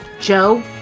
Joe